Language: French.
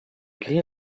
gris